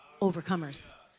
overcomers